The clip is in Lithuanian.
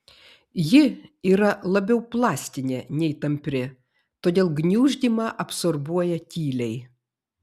ji yra labiau plastinė nei tampri todėl gniuždymą absorbuoja tyliai